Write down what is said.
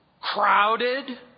Crowded